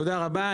תודה רבה,